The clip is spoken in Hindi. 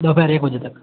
दोपहर एक बजे तक